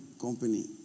company